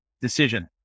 decision